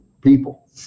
people